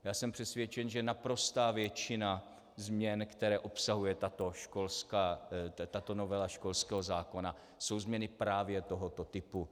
Já jsem přesvědčen, že naprostá většina změn, které obsahuje tato novela školského zákona, jsou změny právě tohoto typu.